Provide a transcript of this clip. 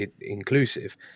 inclusive